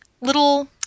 little